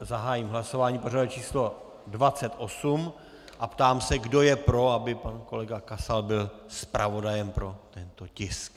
zahájím hlasování pořadové číslo 28 a ptám se, kdo je pro, aby pan kolega Kasal byl zpravodajem pro tento tisk.